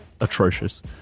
atrocious